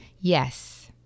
Yes